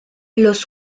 los